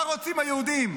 מה רוצים היהודים?